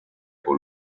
con